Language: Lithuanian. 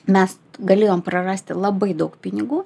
mes galėjom prarasti labai daug pinigų